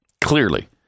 Clearly